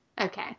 Okay